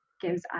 gives